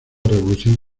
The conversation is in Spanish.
revolución